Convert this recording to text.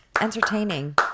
entertaining